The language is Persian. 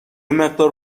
مقدار